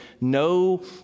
No